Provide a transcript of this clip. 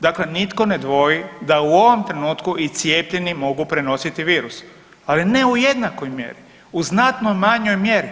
Dakle, nitko ne dvoji da u ovom trenutku i cijepljeni mogu prenositi virus, ali ne u jednakoj mjeri, u znatno manjoj mjeri.